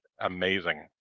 amazing